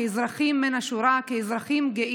כאזרחים מן השורה,